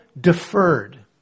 deferred